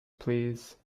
please